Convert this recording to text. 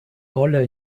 rolle